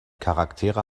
charaktere